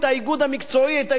יקבל גב ממני.